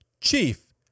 Chief